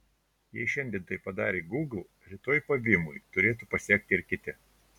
jei šiandien tai padarė gūgl rytoj pavymui turėtų pasekti ir kiti